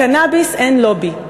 לקנאביס אין לובי,